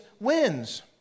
wins